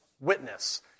witness